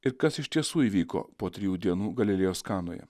ir kas iš tiesų įvyko po trijų dienų galilėjos kanoje